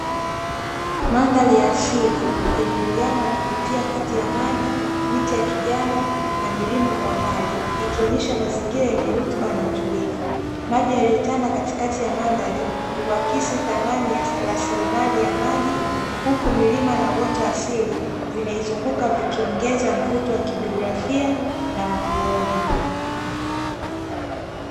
Mandhari ya asili yenye uwiano wa kuvutia kati ya maji, miti ya kijani na milima kwa mbali, ikionyesha mazingira yenye rutuba na utulivu. Maji yaliyotanda katikati ya mandhari, huwakisi dhamani ya rasilimali ya maji, huku milima na uoto wa asili, vinaizunguka vikiongeza mvuto wa kijeografia na wa kuona.